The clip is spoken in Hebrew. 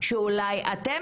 שאולי אתם